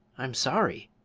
i'm sorry,